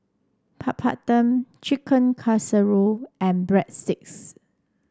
Papadum Chicken Casserole and Breadsticks